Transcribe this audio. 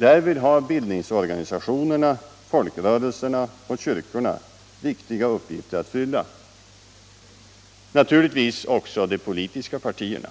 Därvid har bildningsorganisationerna, folkrörelserna och kyrkorna viktiga uppgifter. Naturligtvis också de politiska partierna.